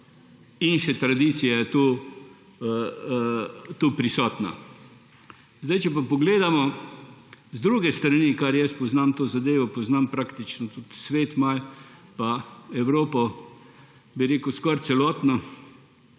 in še tradicija je tu prisotna. Če pa pogledamo z druge strani, kar poznam to zadevo, poznam praktično malo tudi svet pa Evropo skoraj celotno,